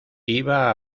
iba